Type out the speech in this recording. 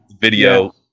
video